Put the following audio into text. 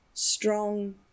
strong